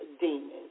demons